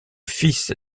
fils